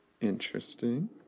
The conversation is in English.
Interesting